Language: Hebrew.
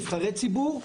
נבחרי ציבור,